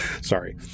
Sorry